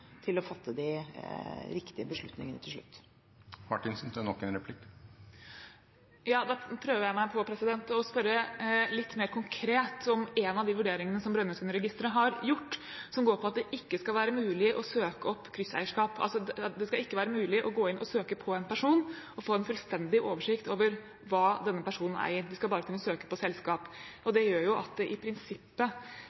til å fatte de riktige beslutningene til slutt. Da prøver jeg meg på å spørre litt mer konkret om en av de vurderingene som Brønnøysundregistrene har gjort, og som går på at det ikke skal være mulig å søke opp krysseierskap – det skal altså ikke være mulig å gå inn og søke på en person og få en fullstendig oversikt over hva denne personen eier, man skal bare kunne søke på selskap. Det gjør at det i prinsippet